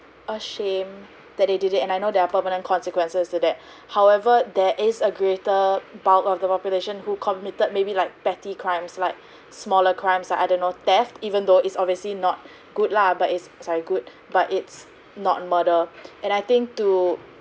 ashamed that they did it and I know there are permanent consequences to that however there is a greater bulk of the population who committed maybe like betty crimes like smaller crimes like I don't know theft even though is obviously not good lah but it's sorry good but it's not murder and I think to